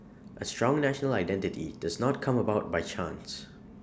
A strong national identity does not come about by chance